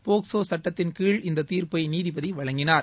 POCSO சட்டத்தின் கீழ் இந்தத் தீர்ப்பை நீதிபதி வழங்கினார்